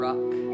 rock